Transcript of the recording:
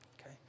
Okay